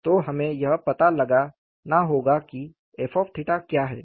तो हमें यह पता लगाना होगा कि f क्या है